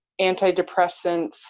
antidepressants